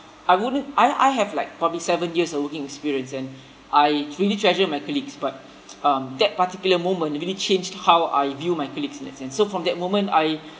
I wouldn't I I have like probably seven years of working experience and I really treasure my colleagues but um that particular moment really changed how I view my colleagues in a sense so from that moment I